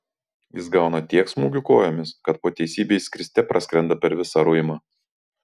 jis gauna tiek smūgių kojomis kad po teisybei skriste praskrenda per visą ruimą